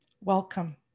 welcome